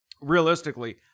realistically